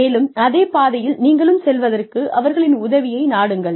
மேலும் அதே பாதையில் நீங்களும் செல்வதற்கு அவர்களின் உதவியை நாடுங்கள்